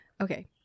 Okay